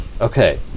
Okay